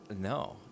No